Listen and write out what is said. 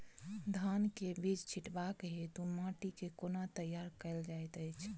धान केँ बीज छिटबाक हेतु माटि केँ कोना तैयार कएल जाइत अछि?